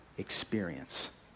Experience